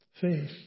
Faith